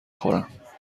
خورم